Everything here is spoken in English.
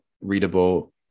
readable